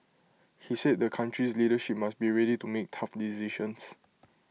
he said the country's leadership must be ready to make tough decisions